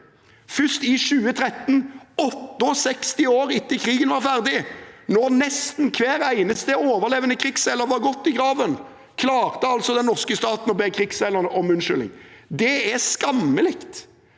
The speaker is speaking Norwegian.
Først i 2013, 68 år etter at krigen var ferdig, når nesten hver eneste overlevende krigsseiler var gått i graven, klarte altså den norske staten å be krigsseilerne om unnskyldning. Det er skammelig,